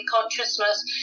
consciousness